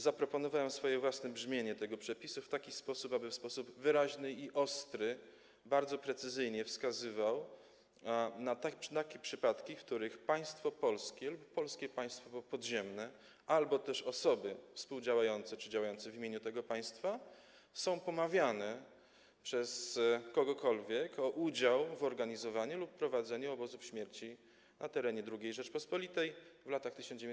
Zaproponowałem swoje własne brzmienie tego przepisu, aby w sposób wyraźny i ostry, bardzo precyzyjnie wskazywał na takie przypadki, w których państwo polskie lub Polskie Państwo Podziemne albo też osoby współdziałające czy działające w imieniu tego państwa są pomawiane przez kogokolwiek o udział w organizowaniu lub prowadzeniu obozów śmierci na terenie II Rzeczypospolitej w latach 1939–1945.